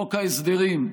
חוק ההסדרים,